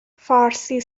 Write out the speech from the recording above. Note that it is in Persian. فارسی